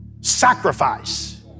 sacrifice